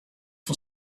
for